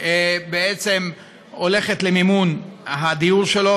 בעצם הולכת למימון הדיור שלו,